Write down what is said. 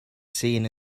seen